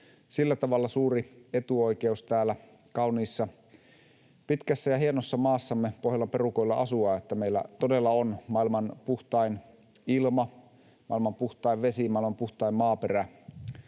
sillä tavalla suuri etuoikeus asua täällä kauniissa, pitkässä ja hienossa maassamme, Pohjolan perukoilla, että meillä todella on maailman puhtain ilma, maailman puhtain vesi, maailman puhtain maaperä,